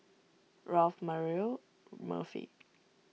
Ralph Mario Murphy